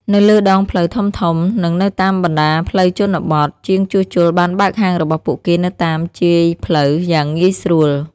នៅលើដងផ្លូវធំៗ និងនៅតាមបណ្តាផ្លូវជនបទ ជាងជួសជុលបានបើកហាងរបស់ពួកគេនៅតាមជាយផ្លូវយ៉ាងងាយស្រួល។